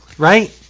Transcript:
Right